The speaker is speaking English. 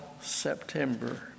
September